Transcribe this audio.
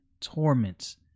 torments